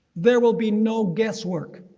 there will be no guesswork,